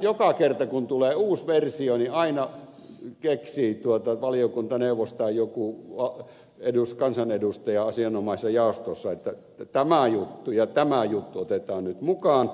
joka kerta kun tulee uusi versio aina keksii valiokuntaneuvos tai joku kansanedustaja asianomaisessa jaostossa että tämä juttu ja tämä juttu otetaan nyt mukaan